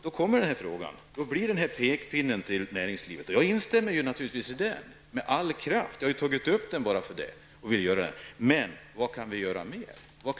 Då riktas en pekpinne mot näringslivet, och jag instämmer naturligtvis med all kraft, men vad kan regeringen göra ytterligare?